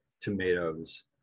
tomatoes